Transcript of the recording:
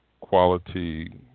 quality